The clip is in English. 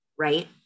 right